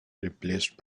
replaced